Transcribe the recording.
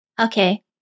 Okay